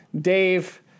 Dave